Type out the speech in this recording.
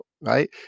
right